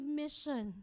mission